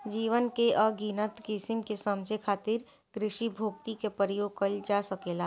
जीवन के अनगिनत किसिम के समझे खातिर कृषिभौतिकी क प्रयोग कइल जा सकेला